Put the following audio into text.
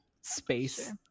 space